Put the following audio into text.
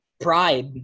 pride